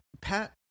Pat